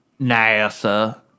nasa